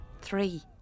Three